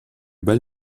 bel